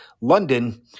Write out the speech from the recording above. London